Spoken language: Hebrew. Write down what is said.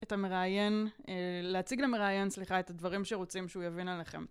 את המראיין להציג למראיין סליחה את הדברים שרוצים שהוא יבין עליכם